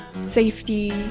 safety